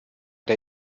der